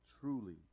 truly